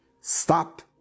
stop